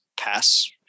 Pass